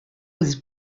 was